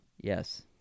Yes